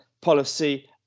policy